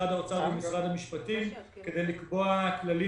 משרד האוצר ומשרד המשפטים כדי לקבוע כללים